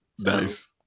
Nice